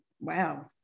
wow